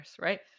right